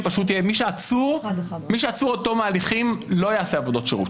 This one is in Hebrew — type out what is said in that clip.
מי שעצור עד תום ההליכים לא יעשה עבודות שירות.